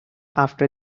after